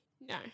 No